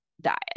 diet